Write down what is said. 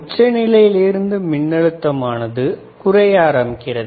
உச்ச நிலையில் இருந்து மின்னழுத்தம் ஆனது குறைய ஆரம்பிக்கிறது